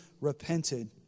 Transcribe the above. repented